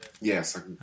Yes